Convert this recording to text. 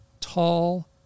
tall